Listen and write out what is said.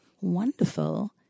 wonderful